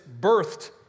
birthed